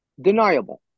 deniable